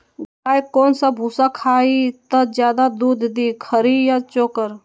गाय कौन सा भूसा खाई त ज्यादा दूध दी खरी या चोकर?